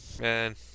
Man